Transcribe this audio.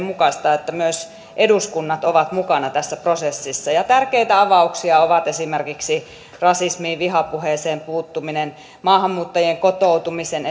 mukaista että myös eduskunnat ovat mukana tässä prosessissa tärkeitä avauksia ovat esimerkiksi rasismiin vihapuheeseen puuttuminen maahanmuuttajien kotoutumisen